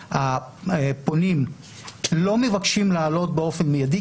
שהפונים לא מבקשים לעלות באופן מיידי,